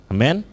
Amen